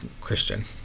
Christian